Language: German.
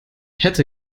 hätte